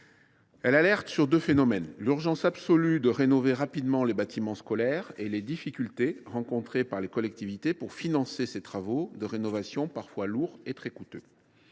ont alertés sur deux points : l’urgence absolue de rénover rapidement les bâtiments scolaires et les difficultés rencontrées par les collectivités pour financer ces travaux de rénovation, parfois lourds et très coûteux.